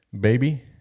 baby